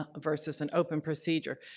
ah versus an open procedure.